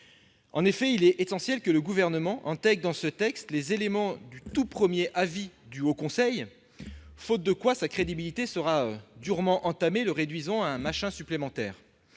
En effet, il est essentiel que le Gouvernement introduise dans ce texte les éléments du tout premier avis du Haut Conseil, faute de quoi la crédibilité de celui-ci sera durement entamée et il sera réduit à un « machin » supplémentaire.